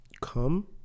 come